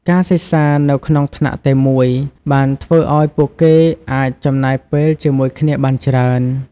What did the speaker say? ការសិក្សានៅក្នុងថ្នាក់តែមួយបានធ្វើឲ្យពួកគេអាចចំណាយពេលជាមួយគ្នាបានច្រើន។